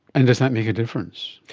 and does that make a difference?